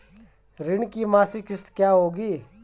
ऋण की मासिक किश्त क्या होगी?